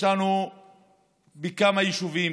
יש לנו בכמה יישובים,